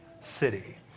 city